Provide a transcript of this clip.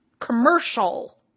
commercial